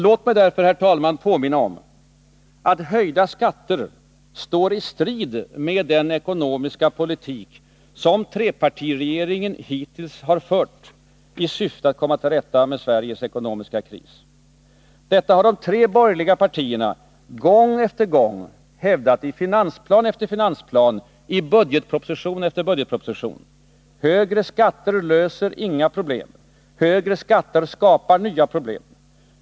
Låt mig därför, herr talman, påminna om att höjda skatter står i strid med den ekonomiska politik som trepartiregeringen hittills har fört i syfte att komma till rätta med Sveriges ekonomiska kris. Detta har de tre borgerliga partierna gång på gång hävdat i finansplan efter finansplan, i budgetproposition efter budgetproposition. Högre skatter löser inga problem. Högre skatter skapar nya problem.